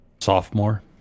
sophomore